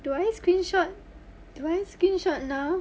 do I screenshot do I screenshot now